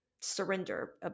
surrender